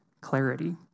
clarity